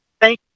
Thank